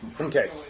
Okay